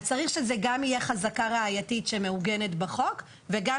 צריך שזה גם יהיה חזקה ראייתית שמעוגנת בחוק וגם